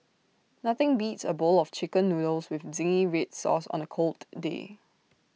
nothing beats A bowl of Chicken Noodles with Zingy Red Sauce on A cold day